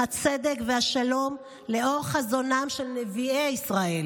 הצדק והשלום לאור חזונם של נביאי ישראל,